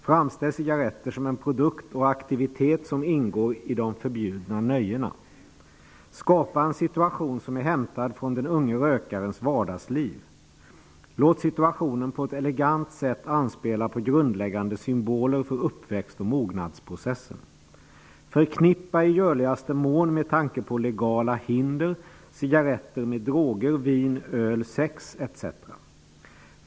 Framställ cigaretter som en produkt och aktivitet som ingår i de förbjudna nöjena. Skapa en situation som är hämtad från den unge rökarens vardagsliv. Låt situationen på ett elegant sätt anspela på grundläggande symboler för uppväxt och mognadsprocessen. Förknippa i görligaste mån med tanke på legala hinder cigaretter med droger, vin, öl, sex etc.